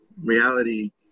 reality